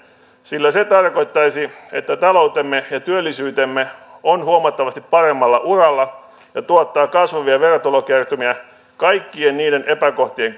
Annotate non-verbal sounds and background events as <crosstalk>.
sillä se tarkoittaisi että taloutemme ja työllisyytemme on huomattavasti paremmalla uralla ja tuottaa kasvavia verotulokertymiä kaikkien niiden epäkohtien <unintelligible>